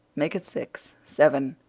make it six. seven.